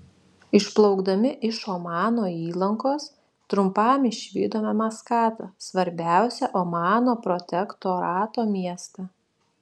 išplaukdami iš omano įlankos trumpam išvydome maskatą svarbiausią omano protektorato miestą